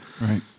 Right